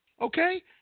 Okay